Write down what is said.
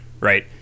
right